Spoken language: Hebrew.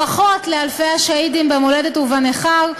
ברכות לאלפי השהידים במולדת ובנכר,